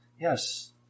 Yes